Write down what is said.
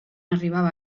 arribava